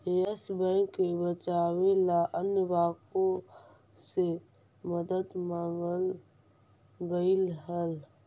yes Bank के बचावे ला अन्य बाँकों से मदद मांगल गईल हल